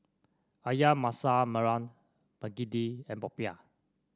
ayam Masak Merah begedil and popiah